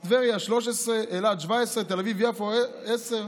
טבריה, 13, אילת, 17, תל אביב-יפו, עשרה.